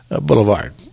Boulevard